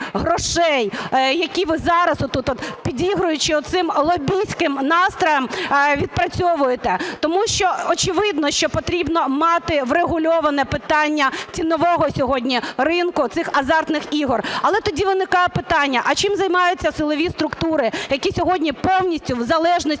грошей, які ви зараз отут от, підігруючи оцим лобістським настроям, відпрацьовуєте. Тому що очевидно, що потрібно мати врегульоване питання тіньового сьогодні ринку цих азартних ігор. Але тоді виникає питання. А чим займаються силові структури, які сьогодні повністю в залежності